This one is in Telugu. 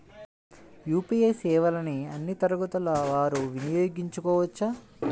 యూ.పీ.ఐ సేవలని అన్నీ తరగతుల వారు వినయోగించుకోవచ్చా?